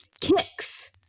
Kicks